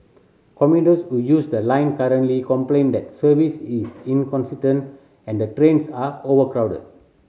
commuters who use the line currently complain that service is inconsistent and the trains are overcrowded